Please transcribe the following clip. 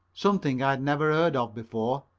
something i'd never heard of before,